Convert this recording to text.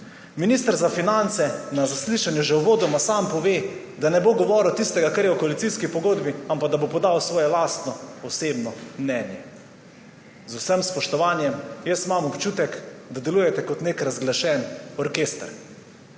Minister za finance na zaslišanju že uvodoma sam pove, da ne bo govoril tistega, kar je v koalicijski pogodbi, ampak da bo podal svoje osebno mnenje. Z vsem spoštovanjem, jaz imam občutek, da delujete kot nek razglašen orkester.